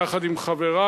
יחד עם חברי,